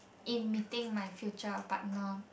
in meeting my future partner